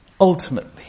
ultimately